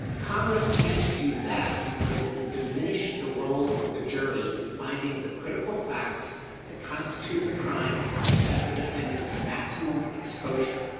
congress can't do that, because it would diminish the role of the jury in finding the critical facts that constitute the crime that sets the defendant's maximum exposure.